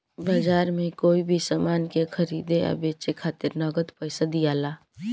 बाजार में कोई भी सामान के खरीदे आ बेचे खातिर नगद पइसा दियाला